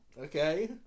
Okay